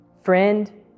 friend